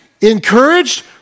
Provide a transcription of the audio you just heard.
encouraged